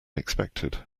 expected